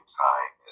time